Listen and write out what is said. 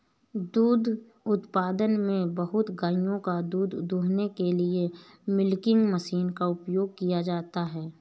दुग्ध उत्पादन में बहुत गायों का दूध दूहने के लिए मिल्किंग मशीन का उपयोग किया जाता है